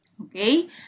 Okay